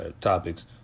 Topics